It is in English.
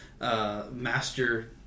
master